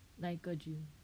哪一个 gym